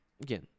Again